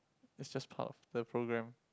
is just part of the program